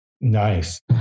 Nice